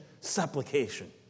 supplication